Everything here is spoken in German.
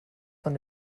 von